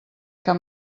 cap